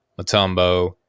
Matumbo